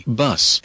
bus